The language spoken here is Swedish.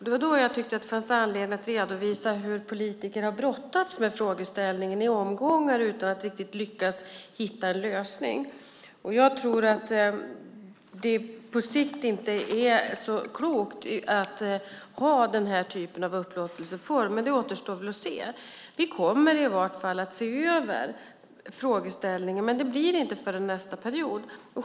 Det var då jag tyckte att det fanns anledning att redovisa hur politiker har brottats med frågeställningen i omgångar utan att riktigt lyckas hitta en lösning. Jag tror att det på sikt inte är så klokt att ha den här typen av upplåtelseform, men det återstår väl att se. Vi kommer i varje fall att se över frågeställningen, men det blir inte förrän nästa period.